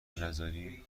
نذاری